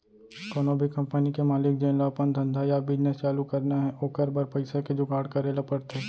कोनो भी कंपनी के मालिक जेन ल अपन धंधा या बिजनेस चालू करना हे ओकर बर पइसा के जुगाड़ करे ल परथे